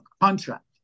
contract